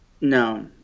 No